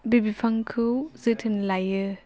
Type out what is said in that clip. बे बिफांखौ जोथोन लायो